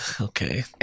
okay